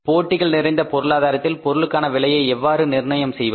போட்டிகள் நிறைந்த பொருளாதாரத்தில் பொருளுக்கான விலையை எவ்வாறு நிர்ணயம் செய்வது